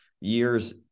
years